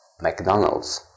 McDonalds